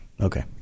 Okay